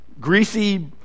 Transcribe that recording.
greasy